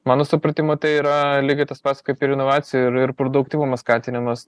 mano supratimu tai yra lygiai tas pats kaip ir inovacijų ir ir produktyvumo skatinimas